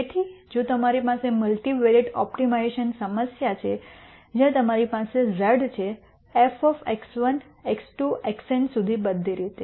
તેથી જો તમારી પાસે મલ્ટિવેરિયેટ ઓપ્ટિમાઇઝેશન સમસ્યા છે જ્યાં તમારી પાસે ઝેડ છે એફ એક્સ1 એક્સ2 XN સુધી બધી રીતે